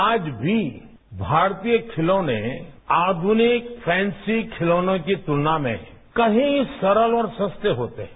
आज भी भारतीय खिलौने आधुनिक फैंसी खिलौनों की तुलना में कही सरल और सस्ते होते हैं